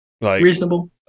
Reasonable